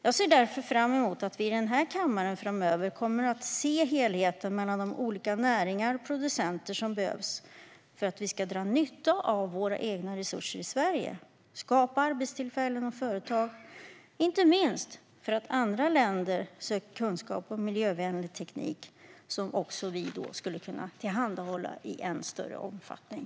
Jag ser därför fram emot att vi i den här kammaren framöver kommer att se helheten i och mellan de olika näringar och producenter som behövs för att vi ska dra nytta av våra egna resurser i Sverige och skapa arbetstillfällen och företag, inte minst för att andra länder söker kunskap om miljövänlig teknik som vi skulle kunna tillhandahålla i än större omfattning.